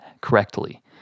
correctly